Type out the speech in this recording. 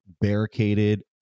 barricaded